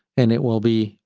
and it will be,